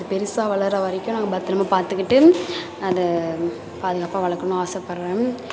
அது பெரிசா வளர்கிற வரைக்கும் நாங்கள் பத்திரமா பார்த்துக்கிட்டு அதை பாதுகாப்பாக வளர்க்கணும்னு ஆசைப்படுறேன்